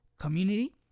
community